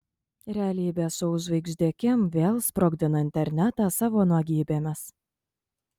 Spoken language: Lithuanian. realybės šou žvaigždė kim vėl sprogdina internetą savo nuogybėmis